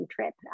trip